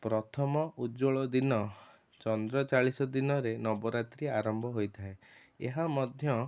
ପ୍ରଥମ ଉଜ୍ଜ୍ୱଳ ଦିନ ଚନ୍ଦ୍ର ଚାଳିଶା ଦିନରେ ନବରାତ୍ରୀ ଆରମ୍ଭ ହୋଇଥାଏ ଏହା ମଧ୍ୟ